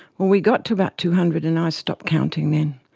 well, we got to about two hundred and i stopped counting then,